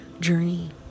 journey